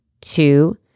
Two